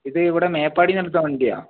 ഇത് ഇവിടെ മേപ്പാടിന്ന് എടുത്ത വണ്ടിയാണ്